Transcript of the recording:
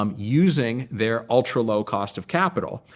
um using their ultra-low cost of capital.